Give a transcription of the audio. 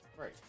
Right